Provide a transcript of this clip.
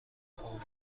پوند